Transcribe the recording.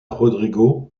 rodrigo